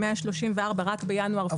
134 רק בינואר-פברואר.